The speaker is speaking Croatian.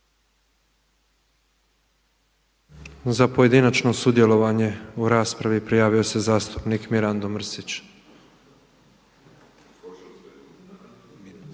Za pojedinačno sudjelovanje u raspravi javio se zastupnik Mirando Mrsić.